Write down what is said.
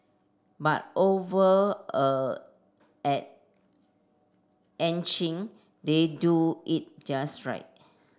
but over a at Ann Chin they do it just right